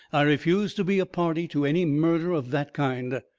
i refuse to be a party to any murder of that kind. huh?